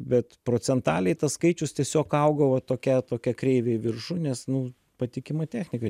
bet procentaliai tas skaičius tiesiog augo va tokia tokia kreive į viršų nes nu patikima technika